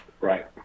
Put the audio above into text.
right